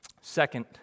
Second